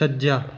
ਸੱਜਾ